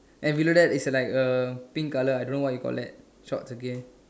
and below that it's like a pink color I don't know what you call that shorts again